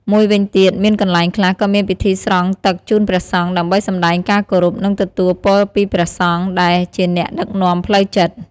មួយវិញទៀត មានកន្លែងខ្លះក៏មានពិធីស្រង់ទឹកជូនព្រះសង្ឃ ដើម្បីសម្តែងការគោរព និងទទួលពរពីព្រះសង្ឃ ដែលជាអ្នកដឹកនាំផ្លូវចិត្ត។